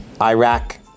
Iraq